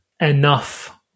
enough